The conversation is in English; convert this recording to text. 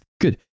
good